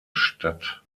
stadt